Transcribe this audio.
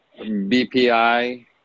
BPI